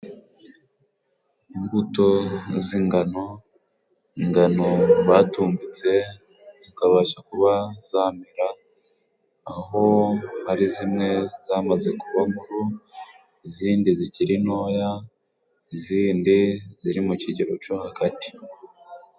Imbuto z'ingano, ingano batumbitse zikabasha kuba zamera, aho ari zimwe zamaze kuba nkuru, izindi zikiri ntoya, izindi ziri mu kigero co hagati.